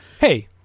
hey